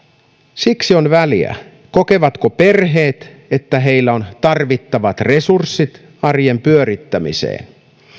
siksi on väliä kokevatko perheet että heillä on tarvittavat resurssit arjen pyörittämiseen